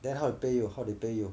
then how they pay you how they pay you